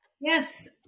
Yes